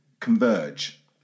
Converge